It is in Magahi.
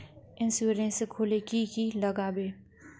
इंश्योरेंस खोले की की लगाबे?